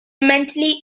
mentally